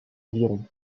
environ